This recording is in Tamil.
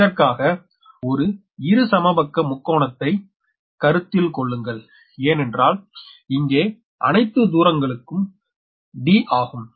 இதற்காக ஒரு சமபக்க முக்கோணத்தை கருத்தில் கொள்ளுங்கள்ஏனென்றால் இங்கே அணைத்து தூரங்களுக்கு d ஆகும்